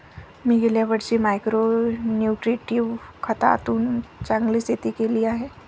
मी गेल्या वर्षी micro nutritive खतातून चांगले शेती केली आहे